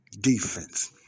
Defense